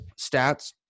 stats